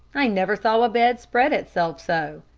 i never saw a bed spread itself so,